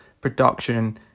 production